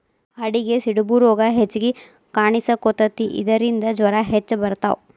ಆಡಿಗೆ ಸಿಡುಬು ರೋಗಾ ಹೆಚಗಿ ಕಾಣಿಸಕೊತತಿ ಇದರಿಂದ ಜ್ವರಾ ಹೆಚ್ಚ ಬರತಾವ